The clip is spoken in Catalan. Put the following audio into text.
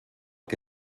que